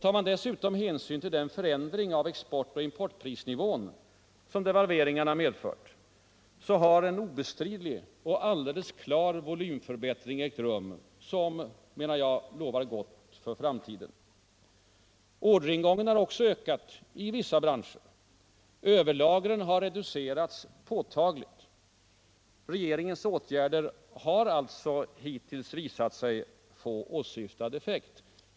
Tar man dessutom hänsyn till den förändring av export och importprisnivån som devalveringarna medfört finner man att en obestridlig och alldeles klar volymförbättring ägt rum som, menar jag, lovar gott för framtiden. Orderingången har också ökat i vissa branscher. Överlagren har reducerats påtagligt. Regeringens åtgärder har alltså hittills visat sig få åsyftad effekt.